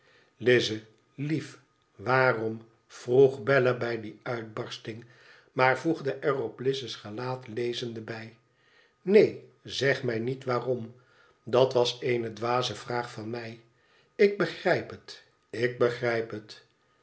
kan tlize uef waarom vroeg bella bij die uitbarsting maar voegde er op lize's gelaat lezende bij i neen zeg mij niet waarom dat was eene dwaze vraag van mij ik begrijp het ik begrijp het